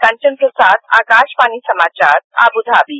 कंचन प्रसाद आकाशवाणी समाचार आबूधाबी